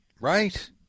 Right